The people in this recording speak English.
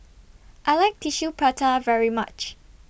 I like Tissue Prata very much